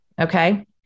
Okay